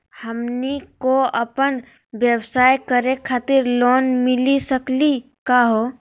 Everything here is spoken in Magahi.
हमनी क अपन व्यवसाय करै खातिर लोन मिली सकली का हो?